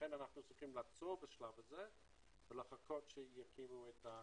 לכן אנחנו צריכים לעצור בשלב הזה ולחכות למועצה.